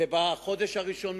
ובחודש הראשון,